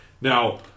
Now